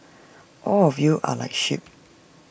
all of you are like sheep